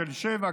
תל שבע,